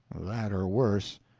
that or worse.